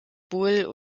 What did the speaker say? bulle